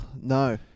no